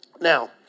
Now